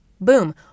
Boom